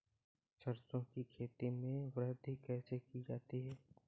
सरसो की खेती में वृद्धि कैसे की जाती है?